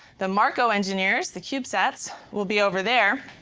the marco engineers, the cubesets, will be over there,